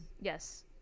yes